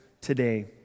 today